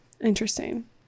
Interesting